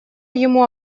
ему